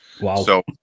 Wow